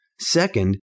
Second